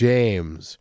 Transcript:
James